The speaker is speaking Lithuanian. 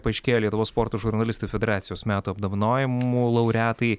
paaiškėjo lietuvos sporto žurnalistų federacijos metų apdovanojimų laureatai